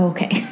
Okay